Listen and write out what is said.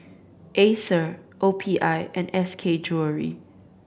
Acer O P I and S K Jewellery